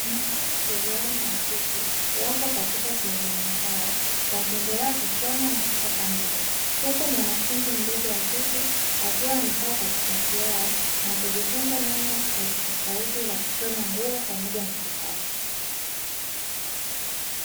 Mafundi cherehani wa kike, wapo katika cherehani zao wakiendelea kushona na kukata nguo, huku mwanafunzi mdogo wa kike akiwa amekaa katikati yao na akijifunza namna tofauti tofauti za kushona nguo pamoja na kukata.